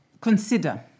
consider